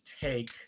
take